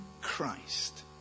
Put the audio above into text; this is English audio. Christ